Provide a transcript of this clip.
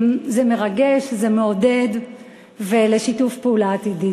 זה מרגש, זה מעודד לשיתוף פעולה עתידי.